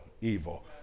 evil